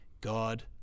God